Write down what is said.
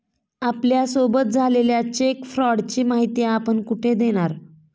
आपल्यासोबत झालेल्या चेक फ्रॉडची माहिती आपण कुठे देणार?